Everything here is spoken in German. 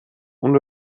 und